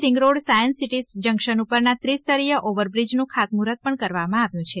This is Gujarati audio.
ring road science city junction ઉપરના ત્રિ સ્તરીય ઓવરબ્રીજનું ખાત મુહૂર્ત પણ કરવામાં આવ્યું છે